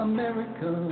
America